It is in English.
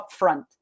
Upfront